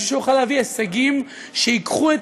בשביל שהוא יוכל להביא הישגים שייקחו את